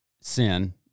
sin